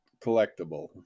collectible